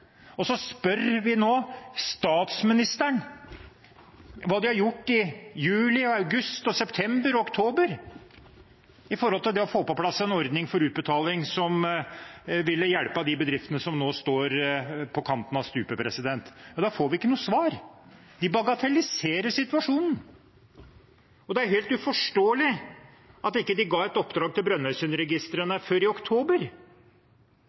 og når vi nå spør statsministeren hva de har gjort i juli, august, september og oktober for å få på plass en ordning for utbetaling som ville hjulpet de bedriftene som nå står på kanten av stupet, får vi ikke noe svar. De bagatelliserer situasjonen, og det er helt uforståelig at de ikke ga et oppdrag til Brønnøysundregistrene før i oktober.